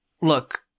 look